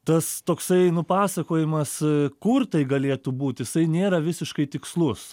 tas toksai nupasakojimas kur tai galėtų būt jisai nėra visiškai tikslus